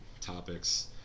topics